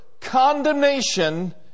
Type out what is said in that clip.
condemnation